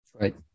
Right